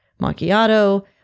macchiato